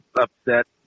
upset